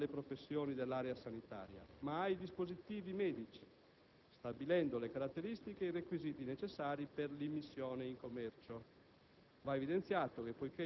si riferisce non alle professioni dell'area sanitaria, ma ai dispositivi medici, stabilendo le caratteristiche e i requisiti necessari per l'immissione in commercio.